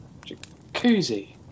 Jacuzzi